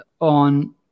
on